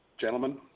gentlemen